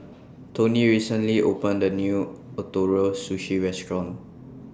Toney recently opened A New Ootoro Sushi Restaurant